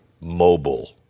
mobile